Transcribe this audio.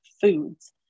foods